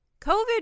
COVID